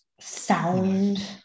sound